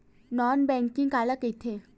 Non banking काला कइथे?